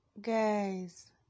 Guys